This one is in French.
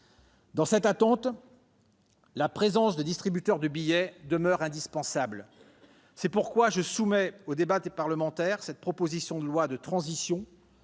Dans cette attente, la présence de distributeurs de billets demeure indispensable. C'est pourquoi je soumets au débat parlementaire cette proposition de loi de transition,